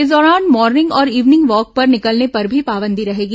इस दौरान मॉर्निंग और इवनिंग वॉक पर निकलने पर भी पाबंदी रहेगी